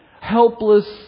helpless